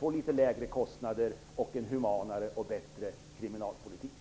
får litet lägre kostnader och en humanare och bättre kriminalpolitik.